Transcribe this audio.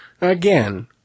Again